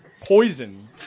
poison